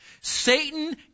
Satan